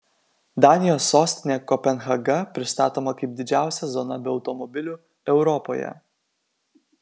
danijos sostinė kopenhaga pristatoma kaip didžiausia zona be automobilių europoje